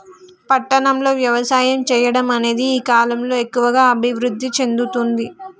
పట్టణం లో వ్యవసాయం చెయ్యడం అనేది ఈ కలం లో ఎక్కువుగా అభివృద్ధి చెందుతుంది